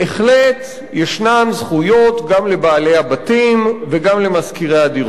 בהחלט ישנן זכויות גם לבעלי הבתים וגם למשכירי הדירות,